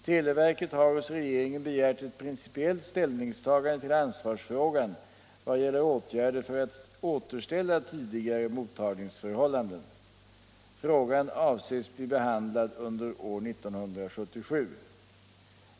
Televerket har hos regeringen begärt ett principiellt ställningstagande till ansvarsfrågan i vad gäller åtgärder för att återställa tidigare mottagningsförhållanden. Frågan avses bli behandlad under år 1977.